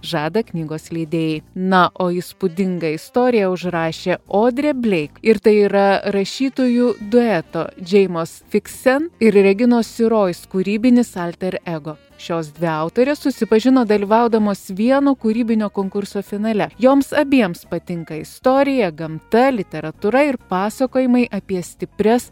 žada knygos leidėjai na o įspūdingą istoriją užrašė odrė bleik ir tai yra rašytojų dueto džeimos fiksen ir reginos sirojs kūrybinis alter ego šios dvi autorės susipažino dalyvaudamos vieno kūrybinio konkurso finale joms abiems patinka istorija gamta literatūra ir pasakojimai apie stiprias